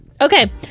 okay